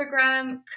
Instagram